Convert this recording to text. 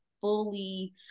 fully